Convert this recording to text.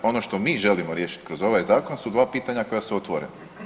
Ono što mi želimo riješiti kroz ovaj zakon su 2 pitanja koja su otvorena.